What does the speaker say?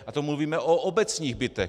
A to mluvíme o obecních bytech.